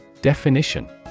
Definition